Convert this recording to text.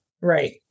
Right